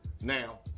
Now